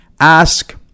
ask